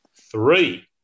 three